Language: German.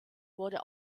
wurde